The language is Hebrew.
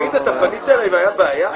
תגיד, אתה פנית אליי והיתה בעיה?